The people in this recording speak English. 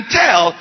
tell